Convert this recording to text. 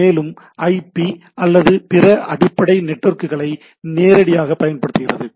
மேலும் ஐபி அல்லது பிற அடிப்படை நெட்வொர்க்குகளை நேரடியாகப் பயன்படுத்துகிறது